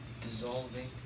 Dissolving